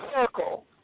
circle